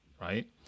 right